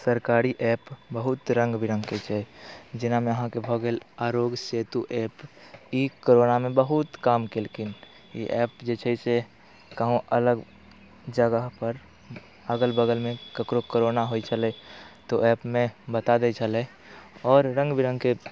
सरकारी ऐप बहुत रङ्गबिरङ्गके छै जेनामे अहाँके भऽ गेल आरोग्य सेतु ऐप ई कोरोनामे बहुत काम केलखिन ई ऐप जे छै से गाँव अलग जगहपर अगल बगलमे ककरो कोरोना होइ छलै तऽ ओ एहि ऐपमे बता दै छलै आओर रङ्गबिरङ्गके